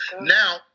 now